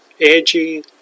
edgy